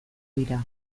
dira